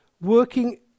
Working